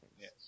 Yes